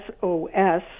SOS